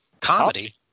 comedy